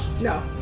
no